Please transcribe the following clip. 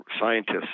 scientists